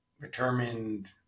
determined